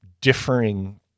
differing